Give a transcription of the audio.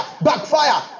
backfire